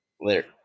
Later